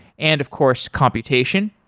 and of course, computation.